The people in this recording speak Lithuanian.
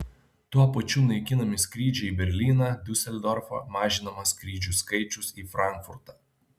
tuo pačiu naikinami skrydžiai į berlyną diuseldorfą mažinamas skrydžių skaičius į frankfurtą